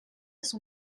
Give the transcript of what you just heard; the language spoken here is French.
son